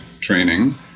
training